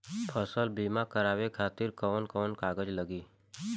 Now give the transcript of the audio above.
फसल बीमा करावे खातिर कवन कवन कागज लगी?